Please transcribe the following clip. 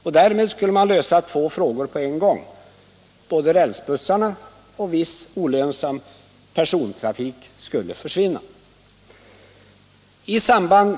Därmed skulle man lösa två frågor på en gång. Både rälsbussarna och viss olönsam persontrafik skulle försvinna.